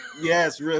Yes